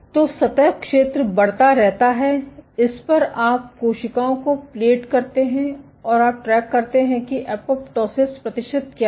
तो सतह क्षेत्र बढ़ता रहता है इस पर आप कोशिकाओं को प्लेट करते है और आप ट्रैक करते हैं कि एपोप्टोसिस प्रतिशत क्या है